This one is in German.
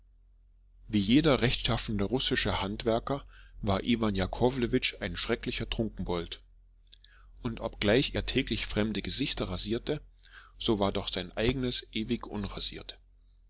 wie jeder rechtschaffene russische handwerker war iwan jakowlewitsch ein schrecklicher trunkenbold und obgleich er täglich fremde gesichter rasierte so war doch sein eigenes ewig unrasiert